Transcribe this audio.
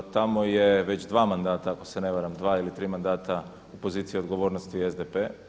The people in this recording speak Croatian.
Tamo je već dva mandata ako se ne varam, dva ili tri mandata u poziciji odgovornosti SDP-a.